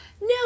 No